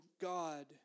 God